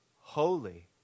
holy